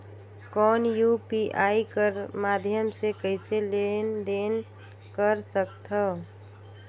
कौन यू.पी.आई कर माध्यम से कइसे लेन देन कर सकथव?